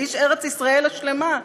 באיש ארץ ישראל השלמה.